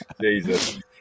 Jesus